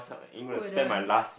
who wouldn't